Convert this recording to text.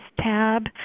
tab